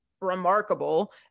remarkable